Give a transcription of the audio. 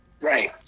Right